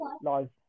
live